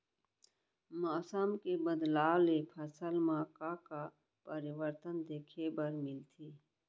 मौसम के बदलाव ले फसल मा का का परिवर्तन देखे बर मिलथे?